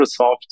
Microsoft